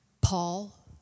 Paul